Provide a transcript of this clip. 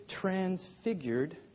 transfigured